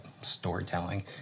storytelling